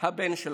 הבן שלכם.